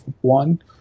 one